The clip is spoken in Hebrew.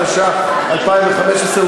התשע"ה 2015,